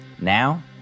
now